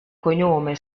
cognome